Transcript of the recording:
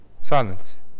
Silence